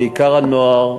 בעיקר הנוער,